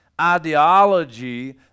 ideology